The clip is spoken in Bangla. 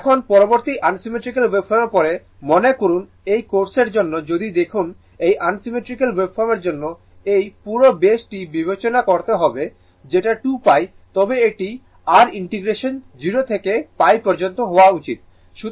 এখন পরবর্তীতে আনসিমেট্রিক্যাল ওয়েভফর্মের পরে মনে করুন এই কেসের জন্য যদি দেখুন এই আনসিমেট্রিক্যাল ওয়েভফর্মের জন্য এই পুরো বেসটি বিবেচনা করতে হবে যেটা 2π তবে এটি r ইন্টিগ্রেশন 0 থেকে π পর্যন্ত হওয়া উচিত